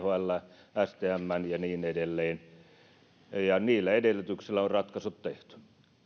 thl stm ja niin edelleen niillä edellytyksillä on ratkaisut tehty